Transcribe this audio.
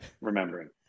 remembering